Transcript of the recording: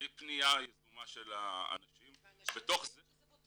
בלי פניה יזומה של האנשים --- והאנשים יודעים שזה בוטל?